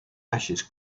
ashes